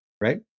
right